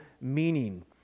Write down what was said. meaning